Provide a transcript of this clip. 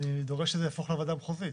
אני דורש שזה יהפוך לוועדה מחוזית.